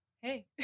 Hey